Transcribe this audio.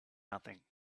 nothing